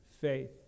faith